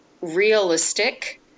realistic